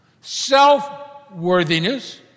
self-worthiness